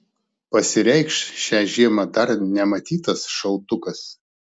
pasireikš šią žiemą dar nematytas šaltukas